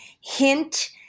hint